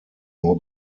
nur